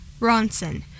Ronson